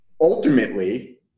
ultimately